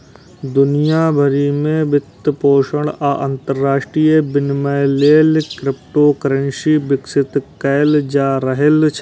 दुनिया भरि मे वित्तपोषण आ अंतरराष्ट्रीय विनिमय लेल क्रिप्टोकरेंसी विकसित कैल जा रहल छै